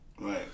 right